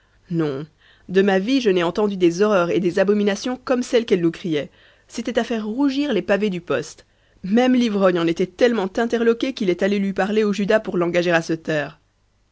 non de ma vie je n'ai entendu des horreurs et des abominations comme celles qu'elle nous criait c'était à faire rougir les pavés du poste même l'ivrogne en était tellement interloqué qu'il est allé lui parler au judas pour l'engager à